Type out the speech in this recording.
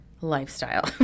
lifestyle